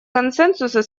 консенсуса